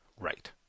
Right